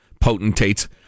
potentates